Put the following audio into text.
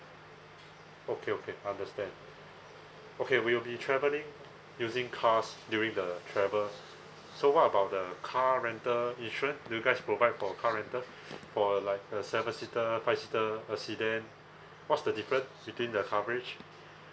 okay okay understand okay we will be travelling using cars during the travel so what about the car rental insurance do you guys provide for car rental for like a seven seater five seater a sedan what's the difference between the coverage